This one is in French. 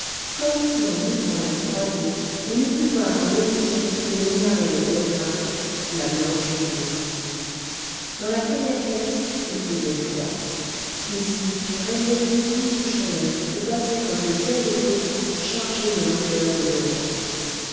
comme si en ouvrant la croisée on eût pu voir à l'horizon les minarets de belgrade la blanche ville dans la première pièce il faisait froid ici régnait une douce chaleur où passaient comme de tièdes courants chargés de langueurs odorantes